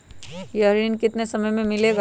यह ऋण कितने समय मे मिलेगा?